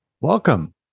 Welcome